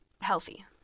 healthy